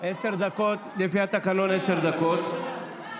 לפי התקנון, עשר דקות.